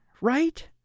Right